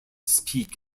speak